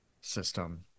system